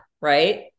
Right